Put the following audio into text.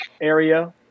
area